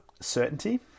certainty